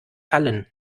fallen